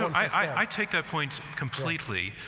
i take that point completely.